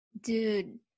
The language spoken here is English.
dude